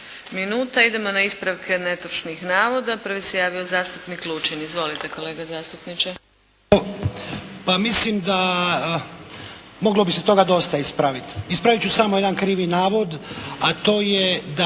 minuta. Idemo na ispravke netočnih navoda. Prvi se javio zastupnik Lučin. Izvolite kolega zastupniče! **Lučin, Šime (SDP)** Pa mislim da moglo bi se dosta toga ispraviti. Ispravit ću samo jedan krivi navod, a to je da